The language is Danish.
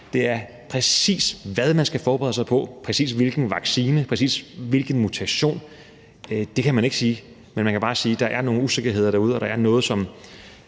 om, præcis hvad man skal forberede sig på, præcis hvilken vaccine, præcis hvilken mutation, ikke kan sige det, men at man bare kan sige, at der er nogle usikkerheder derude, hvor man må